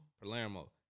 Palermo